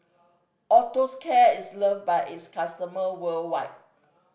Osteocare is loved by its customer worldwide